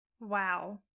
wow